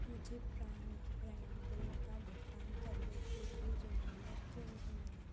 मुझे brand broadband bill का भुगतान करने के लिए रिमाइन्डर क्यों नहीं मिला